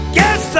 Guess